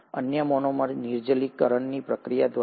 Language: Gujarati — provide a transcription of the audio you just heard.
અન્ય મોનોમર નિર્જલીકરણની પ્રક્રિયા દ્વારા